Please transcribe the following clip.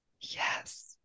Yes